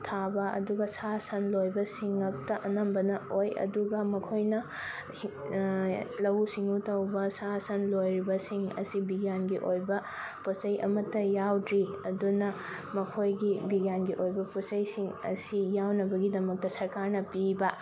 ꯊꯥꯕ ꯑꯗꯨꯒ ꯁꯥ ꯁꯟ ꯂꯣꯏꯕꯁꯤꯡ ꯉꯛꯇ ꯑꯅꯝꯕꯅ ꯑꯣꯏ ꯑꯗꯨꯒ ꯃꯈꯣꯏꯅ ꯂꯧꯎ ꯁꯤꯡꯉꯨ ꯇꯧꯕ ꯁꯥ ꯁꯟ ꯂꯣꯏꯔꯤꯕꯁꯤꯡ ꯑꯁꯤ ꯕꯤꯒꯤꯌꯥꯟꯒꯤ ꯑꯣꯏꯕ ꯄꯣꯠꯆꯩ ꯑꯃꯇ ꯌꯥꯎꯗ꯭ꯔꯤ ꯑꯗꯨꯅ ꯃꯈꯣꯏꯒꯤ ꯕꯤꯒꯤꯌꯥꯟꯒꯤ ꯑꯣꯏꯕ ꯄꯣꯠꯆꯩꯁꯤꯡ ꯑꯁꯤ ꯌꯥꯎꯅꯕꯒꯤꯗꯃꯛꯇ ꯁꯔꯀꯥꯔꯅ ꯄꯤꯕ